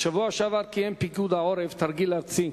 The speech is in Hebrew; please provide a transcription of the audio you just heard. בשבוע שעבר קיים פיקוד העורף תרגיל ארצי.